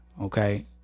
Okay